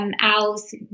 Owls